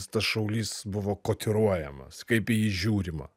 tas šaulys buvo kotiruojamas kaip į jį žiūrima